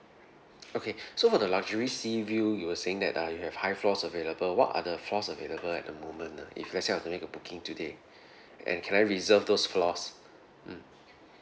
okay so for the luxury sea view you were saying that uh you have high floors available what are the floors available at the moment ah if let's say I want to make a booking today and can I reserve those floors mm